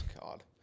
God